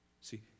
See